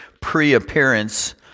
pre-appearance